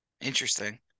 Interesting